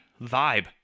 Vibe